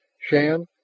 Shan